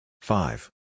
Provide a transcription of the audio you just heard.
Five